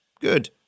good